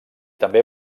també